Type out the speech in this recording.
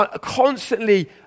constantly